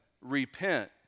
repent